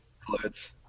clothes